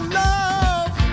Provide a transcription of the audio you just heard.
love